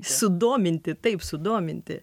sudominti taip sudominti